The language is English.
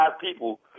people